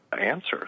answers